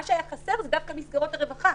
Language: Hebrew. מה שהיה חסר זה דווקא מסגרות הרווחה,